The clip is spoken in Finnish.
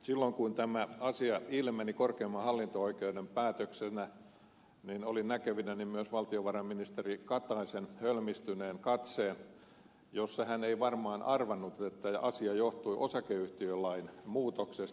silloin kun tämä asia ilmeni korkeimman hallinto oikeuden päätöksenä niin olin näkevinäni myös valtiovarainministeri kataisen hölmistyneen katseen jossa hän ei varmaan arvannut että asia johtui osakeyhtiölain muutoksesta